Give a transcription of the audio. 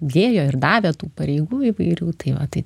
dėjo ir davė tų pareigų įvairių tai va tai